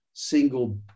single